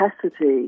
capacity